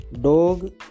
Dog